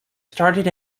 started